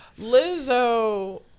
Lizzo